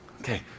Okay